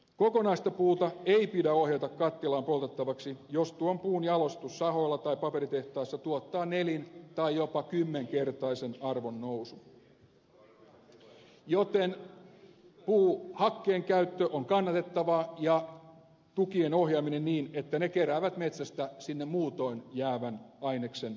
kokonaista puuta ei pidä ohjata kattilaan poltettavaksi jos tuon puun jalostus sahoilla tai paperitehtaissa tuottaa nelin tai jopa kymmenkertaisen arvonnousun joten puuhakkeen käyttö on kannatettavaa ja tukien ohjaaminen niin että ne keräävät metsästä sinne muutoin jäävän aineksen pois